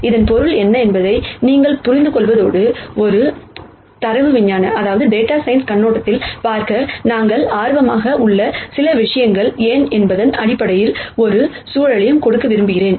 இதன் பொருள் என்ன என்பதை நீங்கள் புரிந்துகொள்வதோடு ஒரு டேட்டா சயின்ஸ் கண்ணோட்டத்தில் பார்க்க நாங்கள் ஆர்வமாக உள்ள சில விஷயங்கள் ஏன் என்பதன் அடிப்படையில் ஒரு சூழலையும் கொடுக்க விரும்புகிறேன்